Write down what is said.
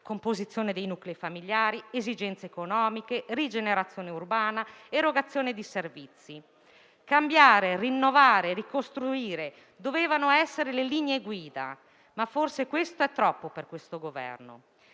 composizione dei nuclei familiari, delle esigenze economiche, della rigenerazione urbana e dell'erogazione dei servizi. Cambiare, rinnovare e ricostruire: dovevano essere queste le linee guida, ma forse è troppo per questo Governo.